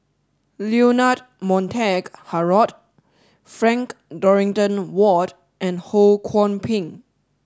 Leonard Montague Harrod Frank Dorrington Ward and Ho Kwon Ping